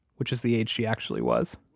which is the age she actually was